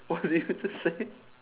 what did you just say